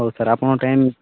ହଉ ସାର୍ ଆପଣଙ୍କ ଟାଇମିଂ